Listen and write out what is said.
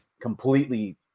completely